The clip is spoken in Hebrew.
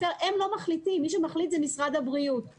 הם לא אלה שמחליטים, משרד הבריאות הוא זה שמחליט.